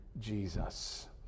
Jesus